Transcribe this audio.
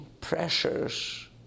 pressures